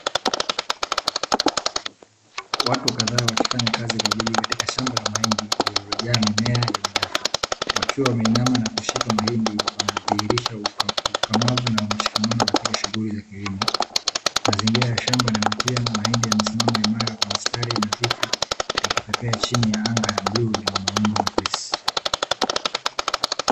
Watu kadhaa wakifanya kazi kwa bidii katika shamba la mahindi lililojaa mimea yenye afya, wakiwa wameinama na kushika mahindi wanadhihirisha ukakamavu na mshikamano katika shughuli za kilimo. Mazingira ya shamba yanavutia mahindi yamesimama imara kwa mistari nadhifu yakipepea chini ya anga la bluu lenye mawingu mepesi.